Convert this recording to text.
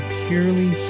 purely